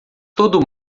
todo